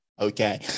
Okay